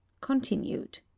continued